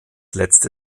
letzte